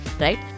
right